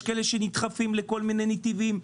יש כאלה שנדחפים לכל מיני נתונים.